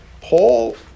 Paul